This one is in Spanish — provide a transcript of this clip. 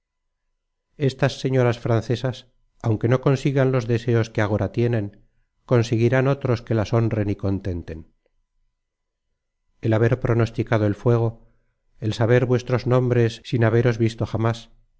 estas señoras francesas aunque no consigan los deseos que agora tienen conseguirán otros que las honren y contenten el haber pronosticado el fuego el saber vuestros nombres sin haberos visto jamas